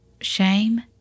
shame